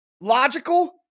logical